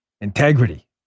integrity